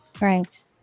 right